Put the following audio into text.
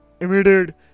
immediate